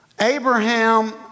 Abraham